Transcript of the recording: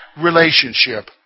relationship